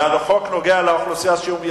והחוק נוגע לאוכלוסייה שהוא מייצג,